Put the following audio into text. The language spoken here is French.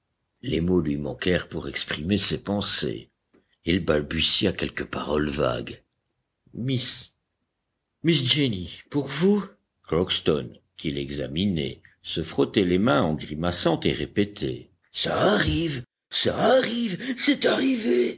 les mots lui manquèrent pour exprimer ses pensées il balbutia quelques paroles vagues miss miss jenny pour vous crockston qui l'examinait se frottait les mains en grimaçant et répétait ca arrive ça arrive c'est arrivé